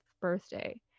birthday